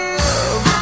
love